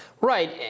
Right